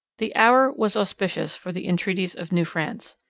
the hour was auspicious for the entreaties of new france.